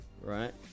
right